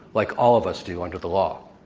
like all of us do under the law.